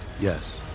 Yes